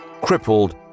crippled